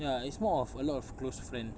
ya it's more of a lot of close friends